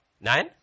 Nine